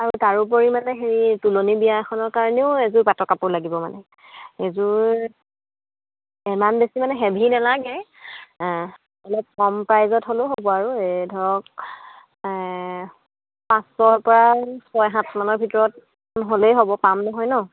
আৰু তাৰোপৰি মানে হেৰি তোলনি বিয়া এখনৰ কাৰণেও এযোৰ পাটৰ কাপোৰ লাগিব মানে এযোৰ ইমান বেছি মানে হেভি নালাগে অলপ কম প্ৰাইজত হ'লেও হ'ব আৰু এই ধৰক পাঁচশৰপৰা ছয় সাতমানৰ ভিতৰত হ'লেই হ'ব পাম নহয় ন